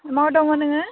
म'वाव दङ नोङो